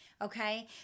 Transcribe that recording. Okay